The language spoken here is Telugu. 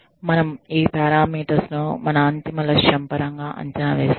మనం ఈ పారామీటర్స్ ను మన అంతిమ లక్ష్యం పరం గా అంచనా వేస్తాము